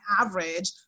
average